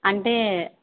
అంటే